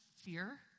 fear